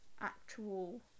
actual